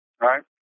right